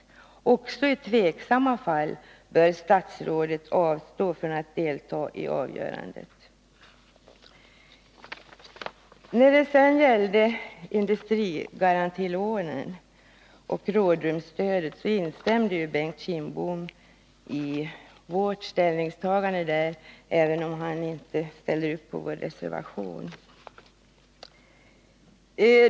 Också i tveksamma fall bör statsrådet avstå från att delta i avgörandet.” När det sedan gällde industrigarantilånen och rådrumsstödet instämde Bengt Kindbom i vårt ställningstagande — även om han inte ställer upp på vår reservation.